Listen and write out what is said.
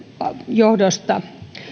johdosta